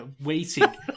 waiting